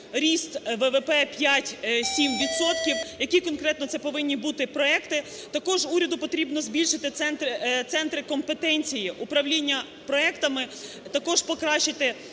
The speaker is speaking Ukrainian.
ріст ВВП 5-7 відсотків, які конкретно це повинні бути проекти. Також уряду потрібно збільшити центри компетенції управління проектами, також покращити